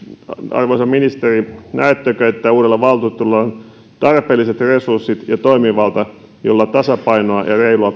arvoisa ministeri näettekö että uudella valtuutetulla on tarpeelliset resurssit ja toimivalta jolla tasapainoa